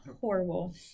Horrible